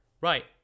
Right